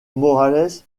morales